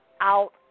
Out